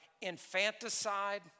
infanticide